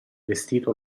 vestito